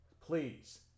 please